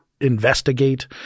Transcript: investigate